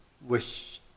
wish